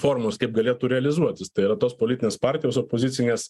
formos kaip galėtų realizuotis tai yra tos politinės partijos opozicinės